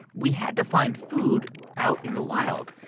we had to find food out in the wild.